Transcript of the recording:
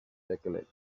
decollete